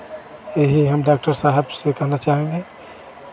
यही हम डॉक्टर साहब से कहना चाहेंगे